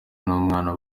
n’umwana